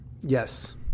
Yes